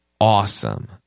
awesome